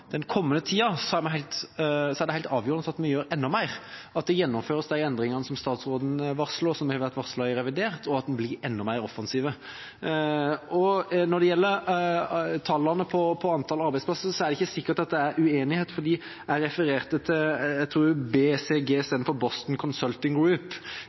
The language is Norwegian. den siste tida. Jeg tror at det i den kommende tida er helt avgjørende at vi gjør enda mer, at de endringene som statsråden varsler, gjennomføres – som har vært varslet i revidert – og at vi blir enda mer offensive. Når det gjelder antall arbeidsplasser, er det ikke sikkert at det er uenighet, fordi jeg tror jeg refererte til BCG istedenfor til The Boston Consulting